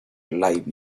live